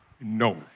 no